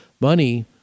money